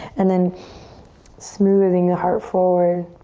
and then smoothing the heart forward.